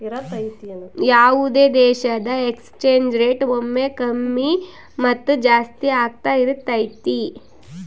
ಯಾವುದೇ ದೇಶದ exchange rate ಒಮ್ಮೆ ಕಮ್ಮಿ ಮತ್ತು ಜಾಸ್ತಿ ಆಗ್ತಾ ಇರತೈತಿ